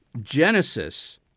Genesis